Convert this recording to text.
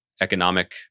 economic